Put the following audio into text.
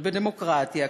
אבל בדמוקרטיה,